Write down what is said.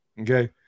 Okay